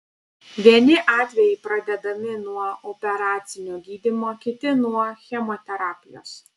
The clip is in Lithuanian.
vieni atvejai pradedami nuo operacinio gydymo kiti nuo chemoterapijos